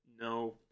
no